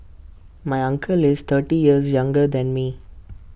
my uncle is thirty years younger than me